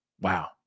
Wow